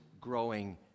growing